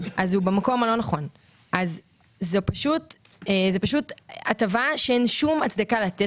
אז הוא במקום הלא נכון,